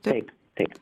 taip taip